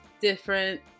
different